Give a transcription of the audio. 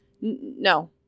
No